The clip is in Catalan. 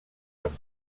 amb